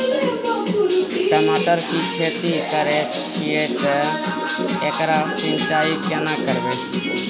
टमाटर की खेती करे छिये ते एकरा सिंचाई केना करबै?